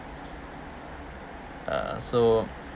uh so